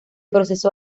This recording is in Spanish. proceso